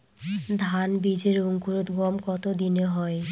ধান বীজের অঙ্কুরোদগম কত দিনে হয়?